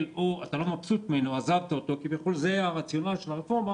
או שאתה לא מבסוט ממנו ועזבת אותו זה הרציונל של הרפורמה,